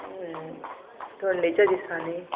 थंडेच्या दिसांनी